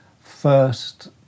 first